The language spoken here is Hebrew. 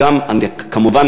כמובן,